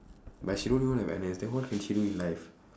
but she don't even have N_S then what can she do in life